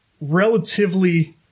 relatively